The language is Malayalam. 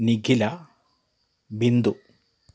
നിഖില ബിന്ദു